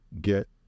get